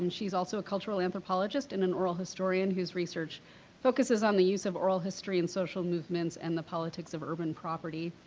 and she's also a cultural anthropologist and an oral historian who's research focuses on the use of oral history in social moments and the politics of urban property.